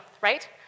right